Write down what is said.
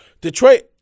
Detroit